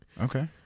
Okay